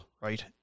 Right